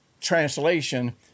translation